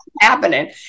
happening